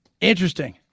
Interesting